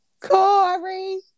Corey